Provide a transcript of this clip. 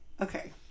okay